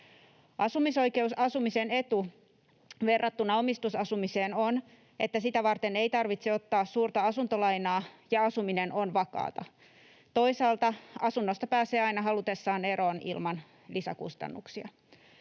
Asumisoikeusasumisen etu verrattuna omistusasumiseen on, että sitä varten ei tarvitse ottaa suurta asuntolainaa ja asuminen on vakaata. Toisaalta asunnosta pääsee aina halutessaan eroon ilman lisäkustannuksia.